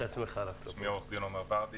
עורך דין עומר ורדי